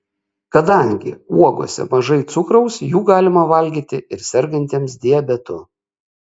kadangi uogose mažai cukraus jų galima valgyti ir sergantiems diabetu